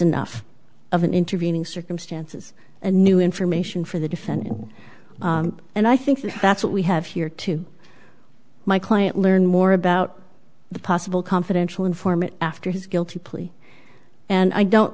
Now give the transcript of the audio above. enough of an intervening circumstances and new information for the defendant and i think that's what we have here to my client learn more about the possible confidential informant after his guilty plea and i don't